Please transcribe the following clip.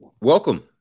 welcome